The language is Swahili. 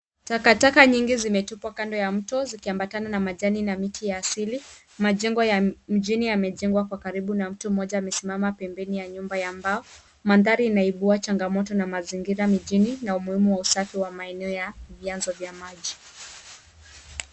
Takataka nyingi zimetupwa kando ya mto zikiambatana na majani na miti ya asili. Majengo ya mjini yamejengwa kwa karibu na mtu mmoja amesimama pembeni ya nyumba ya mbao. Mandhari inaibua changamoto na mazingira mijini na umuhimu wa usafi wa maeneo ya vianzo vya maji.